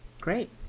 great